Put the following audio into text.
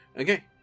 Okay